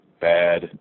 bad